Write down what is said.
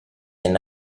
ein